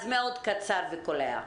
אז קצר וקולע.